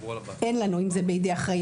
אין לנו אם זה בידי אחראי,